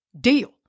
deal